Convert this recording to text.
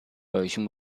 version